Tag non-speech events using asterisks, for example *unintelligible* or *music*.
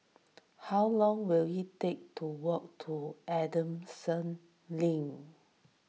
how long will it take to walk to Adamson *unintelligible*